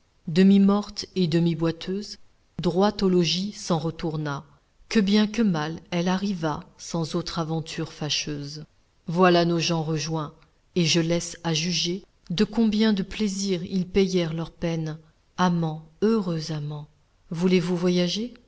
demi-morte et demi-boiteuse droit au logis s'en retourna que bien que mal elle arriva sans autre aventure fâcheuse voilà nos gens rejoints et je laisse à juger de combien de plaisirs ils payèrent leurs peines amants heureux amants voulez-vous voyager